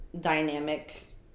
dynamic